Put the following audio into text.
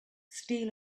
steel